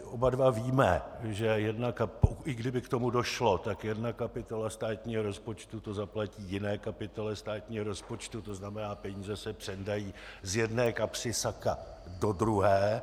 Oba dva víme, že i kdyby k tomu došlo, tak jedna kapitola státního rozpočtu to zaplatí jiné kapitole státního rozpočtu, tzn. peníze se přendají z jedné kapsy saka do druhé.